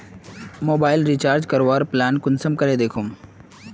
Mobile recharge करवार plan कुंसम करे दखुम?